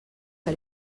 que